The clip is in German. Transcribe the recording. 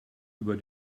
über